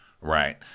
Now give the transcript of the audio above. right